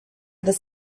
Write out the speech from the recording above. other